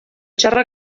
txarra